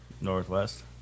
Northwest